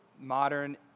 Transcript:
modern